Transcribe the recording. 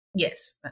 Yes